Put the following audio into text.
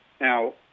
Now